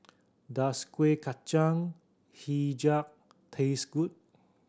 does Kuih Kacang Hijau taste good